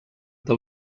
del